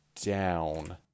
down